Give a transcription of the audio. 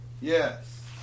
Yes